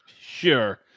Sure